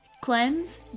cleanse